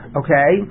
okay